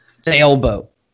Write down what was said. Sailboat